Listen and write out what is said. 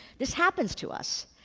this happens to us.